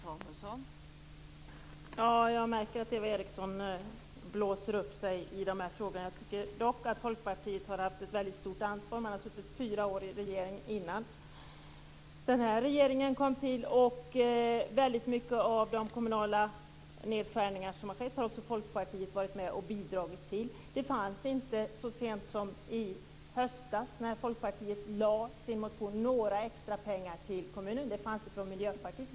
Fru talman! Jag märker att Eva Eriksson blåser upp sig i dessa frågor. Jag tycker dock att Folkpartiet har haft ett stort ansvar, eftersom man har suttit fyra år i regeringen innan denna regering tillträdde. Många av de kommunala nedskärningarna har Folkpartiet varit med och bidragit till. Så sent som i höstas när Folkpartiet väckte sin motion fanns det inte några extra pengar till kommunerna. Det fanns det från Miljöpartiet.